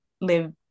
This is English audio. live